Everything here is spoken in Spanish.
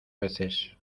veces